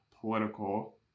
political